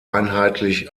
einheitlich